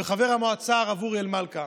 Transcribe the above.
ושל חבר המועצה הרב אוריאל מלכה,